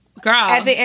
Girl